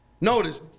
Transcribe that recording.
Notice